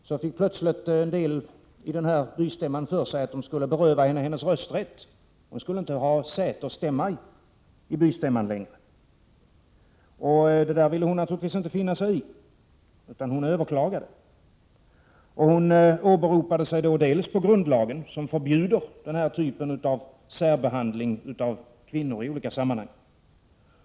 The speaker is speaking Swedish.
Så fick plötsligt en del medlemmar i bystämman för sig att de skulle beröva henne hennes rösträtt. Hon skulle inte längre ha säte och stämma i bystämman. Detta ville hon naturligtvis inte finna sig i, utan hon överklagade. Hon åberopade grundlagen, som förbjuder den här typen av särbehandling av kvinnor i olika sammanhang.